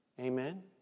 Amen